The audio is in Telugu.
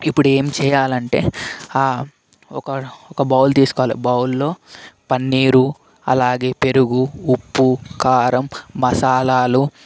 ఇప్పుడేం చేయాలంటే ఆ ఒక ఒక బౌల్ తీసుకోవాలి బౌల్లో పన్నీరు అలాగే పెరుగు ఉప్పు కారం మసాలాలు